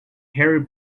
harry